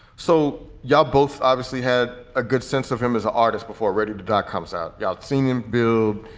so you yeah ah both obviously had a good sense of him as an artist before ready to that comes out. yeah i've seen him do.